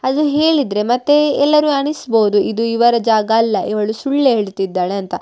ಅದು ಹೇಳಿದರೆ ಮತ್ತು ಎಲ್ಲರೂ ಅನಿಸ್ಬೋದು ಇದು ಇವರ ಜಾಗ ಅಲ್ಲ ಇವಳು ಸುಳ್ಳು ಹೇಳ್ತಿದ್ದಾಳೆ ಅಂತ